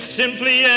simply